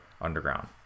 Underground